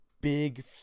Big